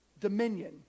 dominion